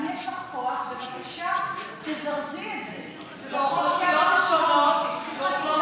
אם יש לך כוח, בבקשה תזרזי את זה.